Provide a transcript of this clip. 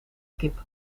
kip